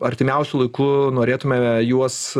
artimiausiu laiku norėtume juos